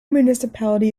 municipality